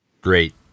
Great